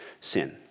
sin